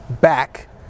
back